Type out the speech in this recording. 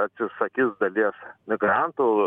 atsisakys dalies migrantų